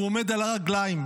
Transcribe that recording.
הוא עומד על הרגליים,